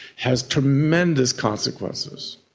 has tremendous consequences.